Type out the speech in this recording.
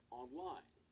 online